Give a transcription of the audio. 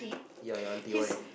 yeah your auntie why